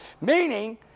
meaning